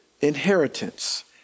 inheritance